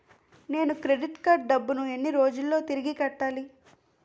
నేను credit card డబ్బును ఎన్ని రోజుల్లో తిరిగి కట్టాలి?